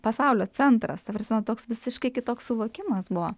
pasaulio centras ta prasme toks visiškai kitoks suvokimas buvo